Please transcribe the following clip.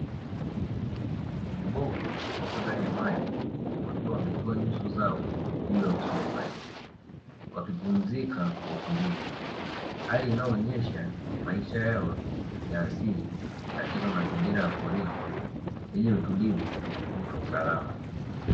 Viboko wapi ndani ya maji wakiwa wametoa nyuso zao juu ya uso wa maji, wakipumzika kwa utulivu hali inayoosha maisha yao ya asili, katika mazingira ya porini yenye utulivu na usalama.